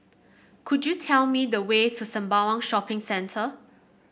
could you tell me the way to Sembawang Shopping Centre